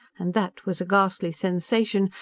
and that was a ghastly sensation,